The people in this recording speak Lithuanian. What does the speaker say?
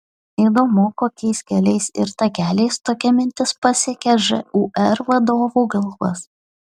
įdomu kokiais keliais ir takeliais tokia mintis pasiekė žūr vadovų galvas